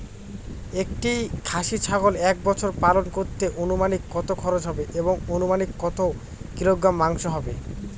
একটি খাসি ছাগল এক বছর পালন করতে অনুমানিক কত খরচ হবে এবং অনুমানিক কত কিলোগ্রাম মাংস হবে?